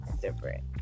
different